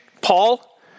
Paul